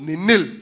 Ninil